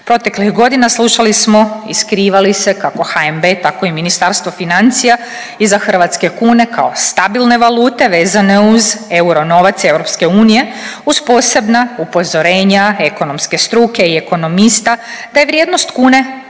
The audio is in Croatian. Proteklih godina slušali smo i skrivali se, kako HNB, tako i Ministarstvo financija iza hrvatske kune kao stabilne valute vezane uz euro novac EU uz posebna upozorenja ekonomske struke i ekonomista da je vrijednost kune